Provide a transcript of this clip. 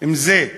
אם על